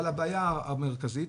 אבל הבעיה המרכזית,